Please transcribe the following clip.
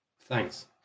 Thanks